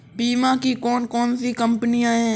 बीमा की कौन कौन सी कंपनियाँ हैं?